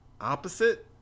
Opposite